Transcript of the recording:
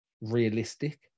realistic